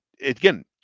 again